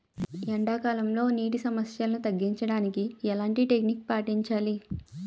ఎండా కాలంలో, నీటి సమస్యలను తగ్గించడానికి ఎలాంటి టెక్నిక్ పాటించాలి?